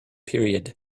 period